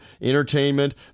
entertainment